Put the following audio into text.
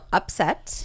upset